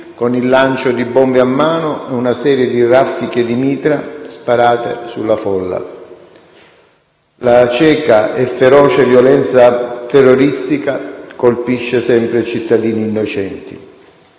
con il lancio di bombe a mano e una serie di raffiche di mitra sparate sulla folla. La cieca e feroce violenza terroristica colpisce sempre i cittadini innocenti: